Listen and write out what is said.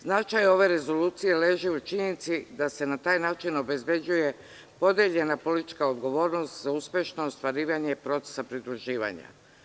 Značaj ove rezolucije leži u činjenici da se na taj način obezbeđuje podeljena politička odgovornost za uspešno ostvarivanje procesa pridruživanja.